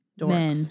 men